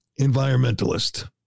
environmentalist